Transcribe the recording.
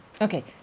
Okay